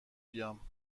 بیام